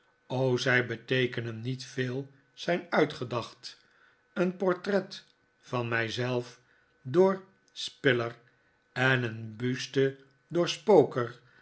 zij beteekenen niet veel zijn uitgedacht een portret van mij elf door spiller en een buste door spoker